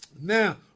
Now